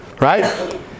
right